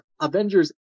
Avengers